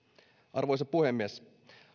arvoisa puhemies